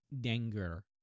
danger